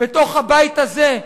בתוך הבית הזה,